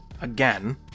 again